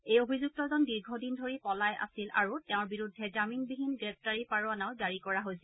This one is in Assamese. এই অভিযুক্তজন দীৰ্ঘদিন ধৰি পলাই আছিল আৰু তেওঁৰ বিৰুদ্ধে জামিনবিহীন গ্ৰেপ্তাৰী পৰোৱানাও জাৰি কৰা হৈছিল